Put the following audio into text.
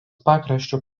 pakraščiu